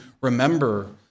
remember